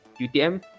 UTM